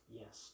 yes